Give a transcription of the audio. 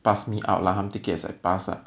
pass me out lah ha take it as I pass lah